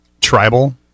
tribal